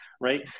right